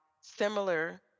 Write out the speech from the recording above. similar